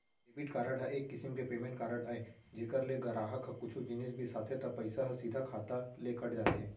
debit card ह एक किसम के पेमेंट कारड अय जेकर ले गराहक ह कुछु जिनिस बिसाथे त पइसा ह सीधा खाता ले कट जाथे